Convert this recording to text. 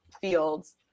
fields